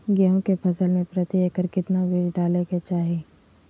गेहूं के फसल में प्रति एकड़ कितना बीज डाले के चाहि?